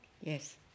Yes